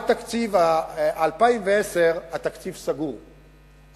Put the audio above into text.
עד תקציב 2010 התקציב סגור,